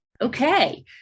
Okay